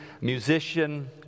musician